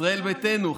ישראל ביתנו,